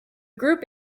group